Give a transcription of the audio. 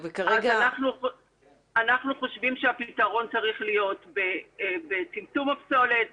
אנחנו חושבים שהפתרון צריך להיות בצמצום הפסולת,